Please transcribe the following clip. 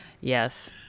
Yes